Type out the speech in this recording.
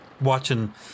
watching